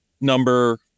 number